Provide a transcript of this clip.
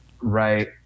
Right